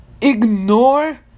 ignore